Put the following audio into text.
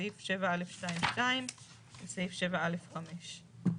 סעיף 7(א)(2)(2) וסעיף 7(א)(5).